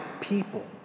people